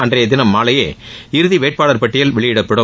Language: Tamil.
அன்றைய தினம் மாலையே இறுதி வேட்பாளர் பட்டியல் வெளியிடப்படும்